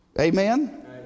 Amen